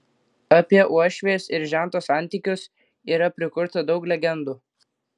apie uošvės ir žento santykius yra prikurta daug legendų